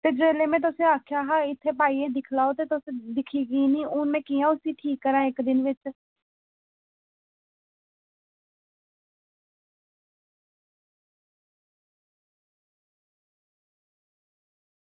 ते जेल्लै में तुसेंगी आक्खेआ हा इत्थें पाइयै दिक्खी लैओ ते तुसें दिक्खी कीऽ निं ते हून में उसी कियां ठीक करांऽ इक्क दिन च